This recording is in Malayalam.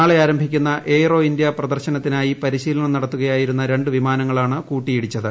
നാളെ ആരംഭിക്കുന്ന എയ്റോ ഇന്ത്യ പ്രദർശനത്തിനായി പരിശീലനം നടത്തുകയായിരുന്ന രണ്ട് വിമാനങ്ങളാണ് കൂട്ടിയിടിച്ചത്